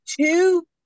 two